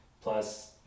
plus